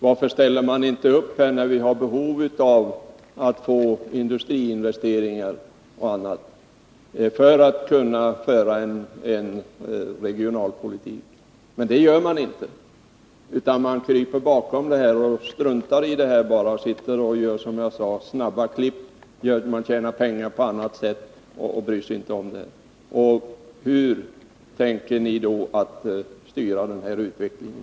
Varför ställer man inte upp när vi har behov av att få industriinvesteringar och annat för att kunna föra en regionalpolitik? Hur tänker ni styra den här utvecklingen?